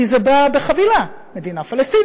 כי זה בא בחבילה: מדינה פלסטינית,